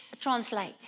translate